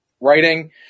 writing